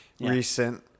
recent